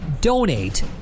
donate